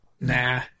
Nah